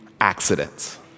accidents